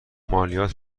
مالیات